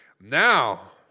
Now